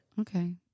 okay